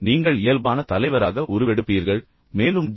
நீங்கள் இயல்பான தலைவராக உருவெடுப்பீர்கள் மேலும் ஜி